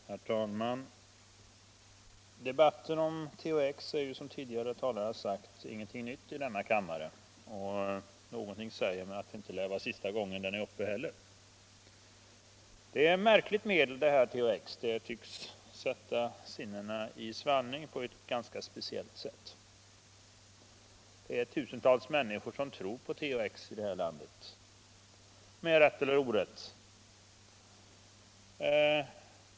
Herr talman! Debatten om THX är, som tidigare talare sagt, inte ny i denna kammare. Och någonting säger mig att det inte heller är sista gången THX är uppe. THX är ett märkligt medel — det tycks sätta sinnena i svallning på ett speciellt sätt. Det är tusentals människor här i landet som tror på THX — med rätt eller orätt.